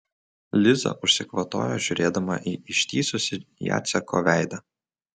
liza užsikvatojo žiūrėdama į ištįsusį jaceko veidą